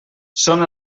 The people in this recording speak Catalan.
són